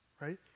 right